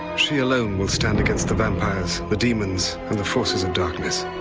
she alone will stand against the vampires, the demons, and the forces of darkness.